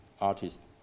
artist